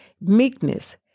meekness